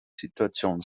situation